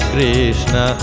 Krishna